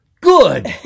good